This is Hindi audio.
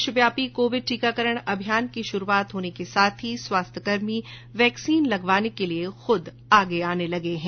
देशव्यापी कोविड टीकाकरण अभियान की शुरूआत होने के साथ ही स्वास्थ्य कर्मी वैक्सीन लगवाने के लिए खूद आगे आने लगे हैं